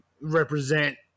represent